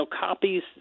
copies